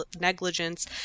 negligence